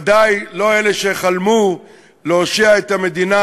ודאי לא אלה שחלמו להושיע את המדינה,